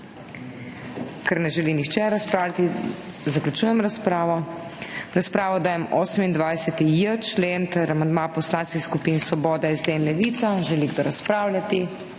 Ker ne želi nihče razpravljati, zaključujem razpravo. V razpravo dajem 28.j člen ter amandma poslanskih skupin Svoboda, SD, Levica. Želi kdo razpravljati?